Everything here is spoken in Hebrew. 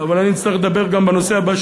אבל אני אצטרך לדבר גם בנושא הבא,